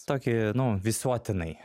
tokį nu visuotinai